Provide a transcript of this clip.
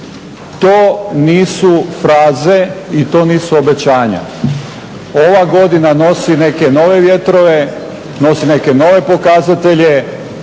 To nisu fraze i to nisu obećanja. Ova godina nosi neke nove vjetrove, nosi neke nove pokazatelje